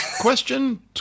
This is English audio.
question